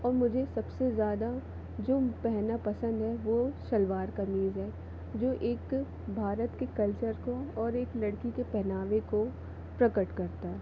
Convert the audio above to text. और मुझे सबसे ज़्यादा जो पहनना पसंद है वो सलवार कमीज़ है जो एक भारत के कल्चर को और एक लड़की के पहनावे को प्रकट करता है